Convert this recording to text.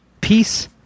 Peace